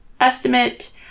estimate